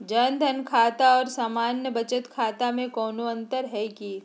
जन धन खाता और सामान्य बचत खाता में कोनो अंतर है की?